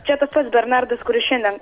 čia tas pats bernardas kuris šiandien